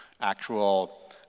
actual